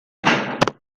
kasvanud